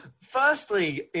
firstly